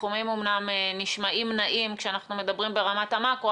הסכומים אומנם נשמעים נאים כשאנחנו מדברים ברמת המקרו,